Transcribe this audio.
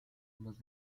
los